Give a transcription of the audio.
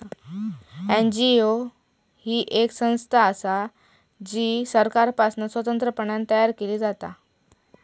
NGO ही येक संस्था असा जी सरकारपासना स्वतंत्रपणान तयार केली जाता